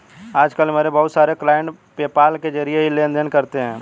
आज कल मेरे बहुत सारे क्लाइंट पेपाल के जरिये ही लेन देन करते है